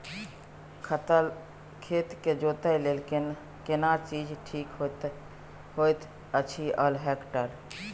खेत के जोतय लेल केना चीज ठीक होयत अछि, हल, ट्रैक्टर?